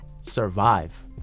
survive